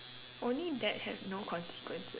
only that have no consequences